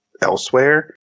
elsewhere